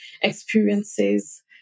experiences